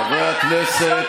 חברי הכנסת,